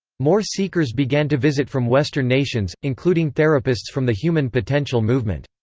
more seekers began to visit from western nations, including therapists from the human potential movement.